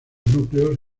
núcleos